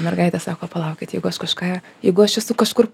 mergaitė sako palaukit jeigu aš kažką jeigu aš esu kažkur